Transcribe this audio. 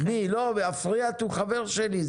אפריאט הוא חבר שלי,